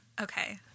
okay